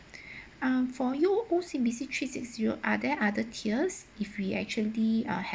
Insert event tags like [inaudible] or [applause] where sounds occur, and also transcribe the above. [breath] uh for you O_C_B_C three six zero are there other tiers if we actually ah